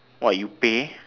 what you pay